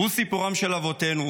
הוא סיפורם של אבותינו,